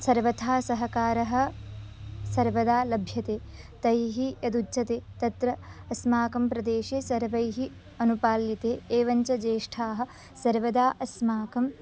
सर्वथा सहकारः सर्वदा लभ्यते तैः यदुच्यते तत्र अस्माकं प्रदेशे सर्वैः अनुपाल्यते एवञ्च ज्येष्ठाः सर्वदा अस्माकम्